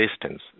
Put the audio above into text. distance